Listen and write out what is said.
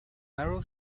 narrow